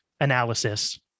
analysis